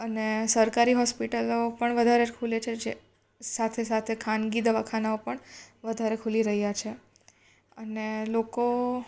અને સરકારી હોસ્પિટલો પણ વધારે ખૂલે છે જે સાથે સાથે ખાનગી દવાખાનાઓ પણ વધારે ખૂલી રહ્યાં છે અને લોકો